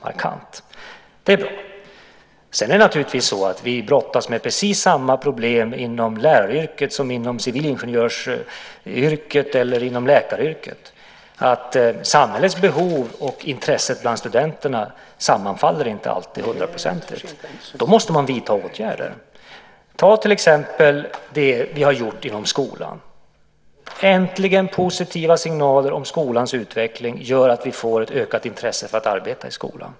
Sedan brottas vi naturligtvis med precis samma problem inom läraryrket som inom civilingenjörsyrket eller inom läkaryrket; samhällets behov och intresset bland studenterna sammanfaller inte alltid hundraprocentigt. Då måste man vidta åtgärder. Ta till exempel det vi har gjort inom skolan. Äntligen positiva signaler om skolans utveckling gör att vi får ett ökat intresse för att arbeta i skolan.